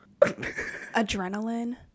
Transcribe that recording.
Adrenaline